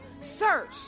search